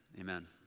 amen